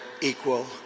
equal